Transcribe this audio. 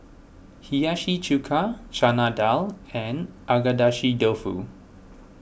Hiyashi Chuka Chana Dal and Agedashi Dofu